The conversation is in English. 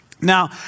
Now